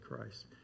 Christ